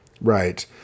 Right